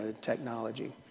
technology